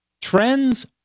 trends